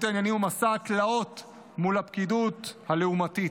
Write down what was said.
העניינים ומסע התלאות מול הפקידוּת הלעומתית,